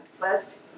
first